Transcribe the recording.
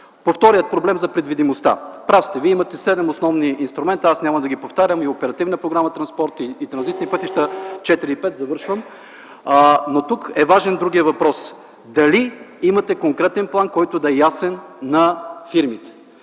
По втория проблем – за предвидимостта. Прав сте, Вие имате седем основни инструмента, аз няма да ги повтарям – и Оперативна програма „Транспорт”, и „Транзитни пътища” 4 и 5, но тук е важен другият въпрос: дали имате конкретен план, който да е ясен на фирмите?